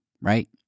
right